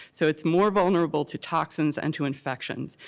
so it's more vulnerable to toxins and to infections.